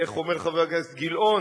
איך אומר חבר הכנסת גילאון,